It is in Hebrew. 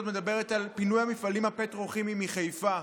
מדברת על פינוי המפעלים הפטרוכימיים מחיפה.